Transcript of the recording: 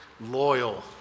loyal